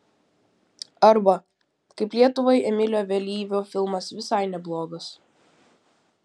arba kaip lietuvai emilio vėlyvio filmas visai neblogas